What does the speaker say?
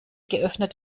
geöffnet